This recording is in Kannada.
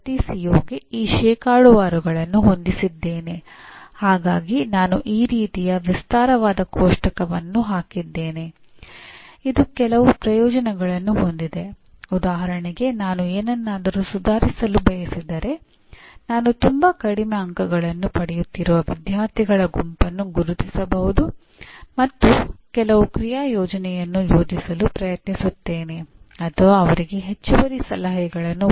ನಾಲ್ಕರಿಂದ ಐದು ವರ್ಷಗಳ ನಂತರ ಪದವೀಧರರು ಸಾಮಾಜಿಕ ಪ್ರಸ್ತುತತೆಯ ಸಮಸ್ಯೆಗಳನ್ನು ಪರಿಹರಿಸುವುದಕ್ಕೆ ಎಲೆಕ್ಟ್ರಿಕಲ್ ಮತ್ತು ಎಲೆಕ್ಟ್ರಾನಿಕ್ಸ್ ಎಂಜಿನಿಯರಿಂಗ್ ಜ್ಞಾನವನ್ನು ಅನ್ವಯಿಸಬಹುದು ಅಥವಾ ಉನ್ನತ ಶಿಕ್ಷಣ ಮತ್ತು ಸಂಶೋಧನೆಗಳನ್ನು ಕೈಗೆತ್ತಿಕೊಳ್ಳಬಹುದು